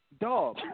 Dog